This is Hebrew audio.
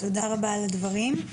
תודה רבה על הדברים.